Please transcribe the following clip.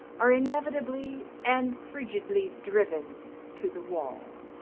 are inevitably and frigidly driven to the wall.